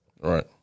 right